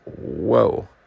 whoa